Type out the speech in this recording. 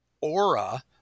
aura